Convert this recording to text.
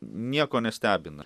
nieko nestebina